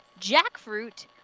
jackfruit